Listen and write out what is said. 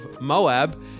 Moab